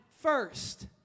first